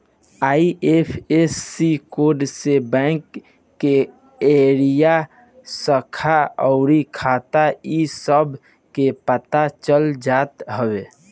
IFSC code से bank के area, शाखा अउरी खाता इ सब के पता चल जात हवे